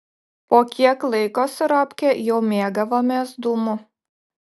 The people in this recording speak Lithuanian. po kiek laiko su robke jau mėgavomės dūmu